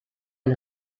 ein